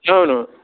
అవును